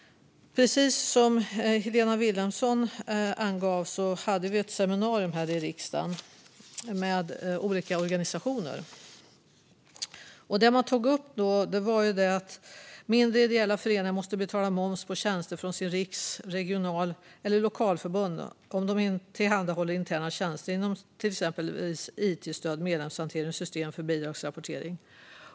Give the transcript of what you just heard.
Precis som Helena Vilhelmsson sa hade vi ett seminarium här i riksdagen med olika organisationer. Det som togs upp där var att mindre, ideella föreningar måste betala moms på tjänster från sitt riks-, regional eller lokalförbund om de tillhandahåller interna tjänster inom exempelvis it-stöd, medlemshantering och system för bidragsrapportering.